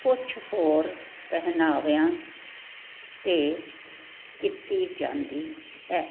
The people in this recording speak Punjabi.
ਕੁਛ ਹੋਰ ਪਹਿਨਾਵਿਆਂ 'ਤੇ ਕੀਤੀ ਜਾਂਦੀ ਹੈ